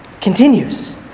continues